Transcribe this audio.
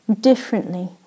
differently